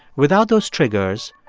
without those triggers,